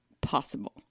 possible